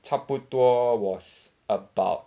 差不多 was about